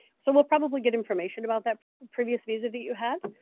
so we'll probably get information about that previous visa that you had,